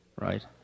right